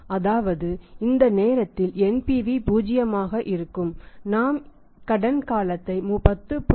அதாவது இந்த நேரத்தில் NPV பூஜ்ஜியமாக இருக்கும் நாம் கடன் காலத்தை 10